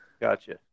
gotcha